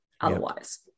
otherwise